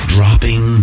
Dropping